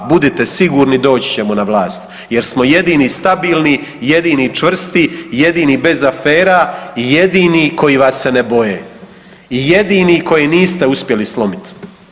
A budite sigurni, doći ćemo na vlast jer smo jedini stabilni, jedini čvrsti, jedini bez afera i jedini koji vas se ne boje i jedini koje niste uspjeli slomiti.